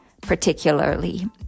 particularly